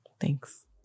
thanks